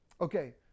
okay